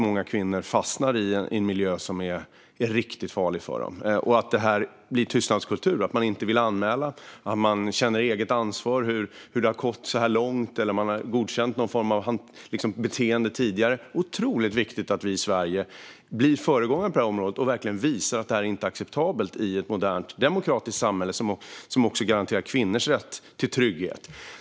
Många kvinnor fastnar i en miljö som är riktigt farlig för dem, och det blir en tystnadskultur - man vill inte anmäla, man känner eget ansvar för att det har gått så långt eller man på något sätt har godkänt beteenden tidigare. Det är otroligt viktigt att vi i Sverige blir föregångare på det här området och visar att detta inte är acceptabelt i ett modernt, demokratiskt samhälle, som ska garantera också kvinnors rätt till trygghet.